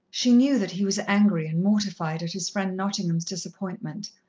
she knew that he was angry and mortified at his friend nottingham's disappointment,